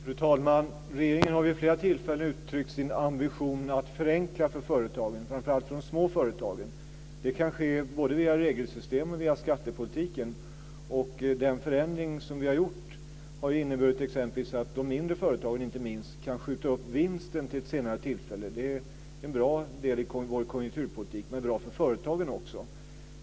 Fru talman! Regeringen har vid flera tillfällen uttryckt sin ambition att förenkla för företagen, framför allt de små företagen. Det kan ske både via regelsystem och via skattepolitiken, och den förändring som vi har gjort har ju inneburit exempelvis att de mindre företagen, inte minst, kan skjuta upp vinsten till ett senare tillfälle. Det är en bra del i vår konjunkturpolitik men också bra för företagen.